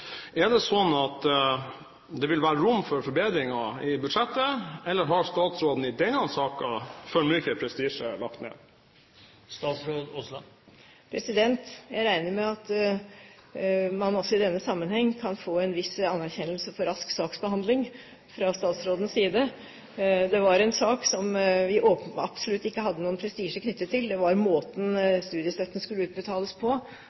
det er sånn at det vil være rom for forbedringer i budsjettet. Eller har statsråden lagt ned for mye prestisje i den saken? Jeg regner med at man i denne sammenheng kan få en viss anerkjennelse for rask saksbehandling fra statsrådens side. Det var en sak som vi håpet at det absolutt ikke var knyttet noen prestisje til. Det gjaldt måten studiestøtten skulle utbetales på.